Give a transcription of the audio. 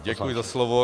Děkuji za slovo.